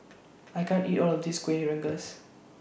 I can't eat All of This Kuih Rengas